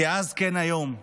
כאז כן היום,